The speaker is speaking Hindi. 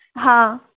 हाँ